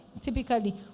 typically